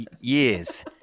years